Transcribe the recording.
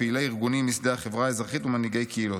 פעילי ארגונים משדה החברה האזרחית ומנהיגי קהילות.